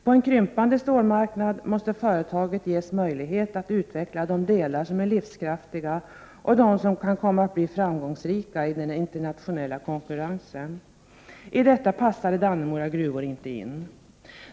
På en krympande stålmarknad måste företaget ges möjlighet att utveckla de delar som är livskraftiga och som kan komma att bli framgångsrika i den internationella konkurrensen. I denna strategi passade Dannemora gruvor inte in.